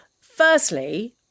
Firstly